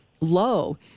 low